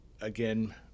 again